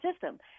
system